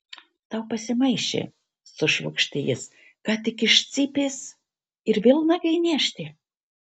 tau pasimaišė sušvokštė jis ką tik iš cypęs ir vėl nagai niežti